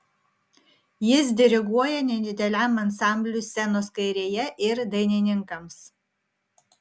jis diriguoja nedideliam ansambliui scenos kairėje ir dainininkams